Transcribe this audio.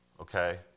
okay